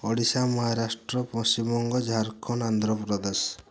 Odisha Maharashtra Paschimbanga Jharkhand Andhra Pradesh